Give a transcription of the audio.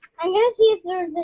i'm gonna see if there's a